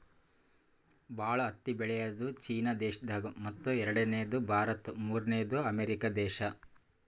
ಭಾಳ್ ಹತ್ತಿ ಬೆಳ್ಯಾದು ಚೀನಾ ದೇಶದಾಗ್ ಮತ್ತ್ ಎರಡನೇದು ಭಾರತ್ ಮೂರ್ನೆದು ಅಮೇರಿಕಾ ದೇಶಾ